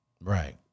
Right